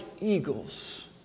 eagles